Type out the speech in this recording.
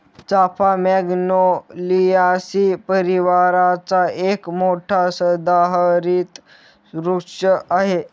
चाफा मॅग्नोलियासी परिवाराचा एक मोठा सदाहरित वृक्ष आहे